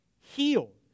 healed